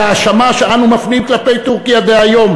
בהאשמה שאנו מפנים כלפי טורקיה דהיום